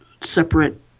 separate